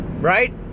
Right